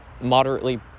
moderately